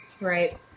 Right